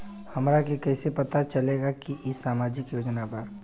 हमरा के कइसे पता चलेगा की इ सामाजिक योजना बा?